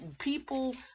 people